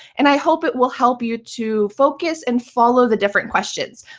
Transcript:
and i hope it will help you to focus and follow the different questions.